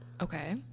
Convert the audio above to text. Okay